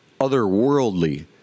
otherworldly